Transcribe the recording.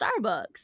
Starbucks